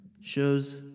shows